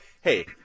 hey